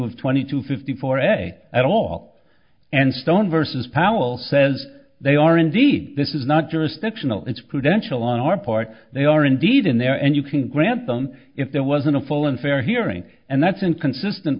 of twenty to fifty four a at all and stone versus powell says they are indeed this is not jurisdictional it's prudential on our part they are indeed in there and you can grant them if there wasn't a full and fair hearing and that's inconsistent